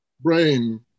brain